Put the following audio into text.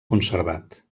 conservat